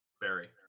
Barry